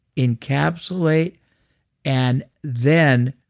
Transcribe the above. encapsulate and then